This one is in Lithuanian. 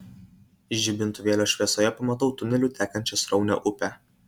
žibintuvėlio šviesoje pamatau tuneliu tekančią sraunią upę